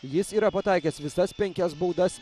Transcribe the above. jis yra pataikęs visas penkias baudas